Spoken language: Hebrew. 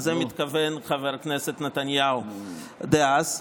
לזה מתכוון חבר הכנסת נתניהו דאז.